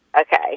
okay